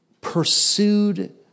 pursued